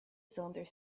cylinder